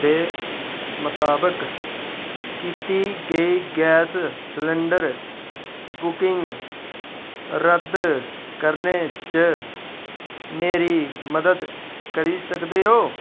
दे मताबक कीती गेई गैस सलेंडर बुकिंग रद्द करने च मेरी मदद करी सकदे ओ